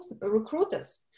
recruiters